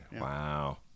Wow